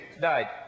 died